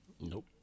Nope